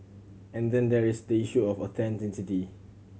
and then there is the issue of authenticity